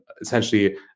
essentially